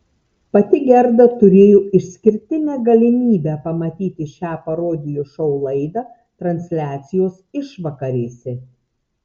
pati gerda turėjo išskirtinę galimybę pamatyti šią parodijų šou laidą transliacijos išvakarėse